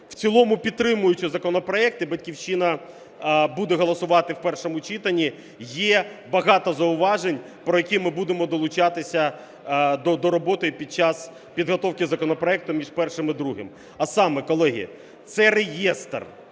у цілому підтримуючи законопроект, "Батьківщина" буде голосувати в першому читанні. Є багато зауважень, про які ми будемо долучатися до роботи під час підготовки законопроекту між першим і другим. А саме, колеги: це реєстр,